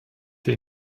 der